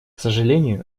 сожалению